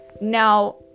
Now